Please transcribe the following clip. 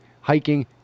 hiking